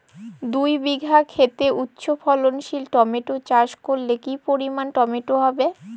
দুই বিঘা খেতে উচ্চফলনশীল টমেটো চাষ করলে কি পরিমাণ টমেটো হবে?